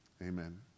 Amen